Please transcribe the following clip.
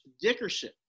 Dickerson